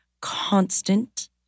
constant